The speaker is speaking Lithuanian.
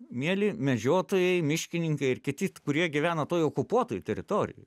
mieli medžiotojai miškininkai ir kiti kurie gyvena toj okupuotoj teritorijoj